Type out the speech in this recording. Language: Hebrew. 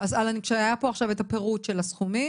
אז כשהיה פה עכשיו את הפירוט של הסכומים,